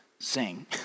sing